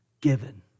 given